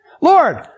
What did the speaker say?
Lord